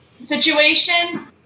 situation